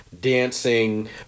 dancing